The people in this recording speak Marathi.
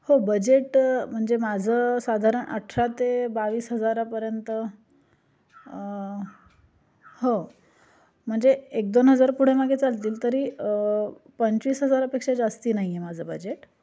हो बजेट म्हणजे माझं साधारण अठरा ते बावीस हजारापर्यंत हो म्हणजे एक दोन हजार पुढे मागे चालतील तरी पंचवीस हजारापेक्षा जास्ती नाही आहे माझं बजेट